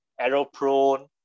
arrow-prone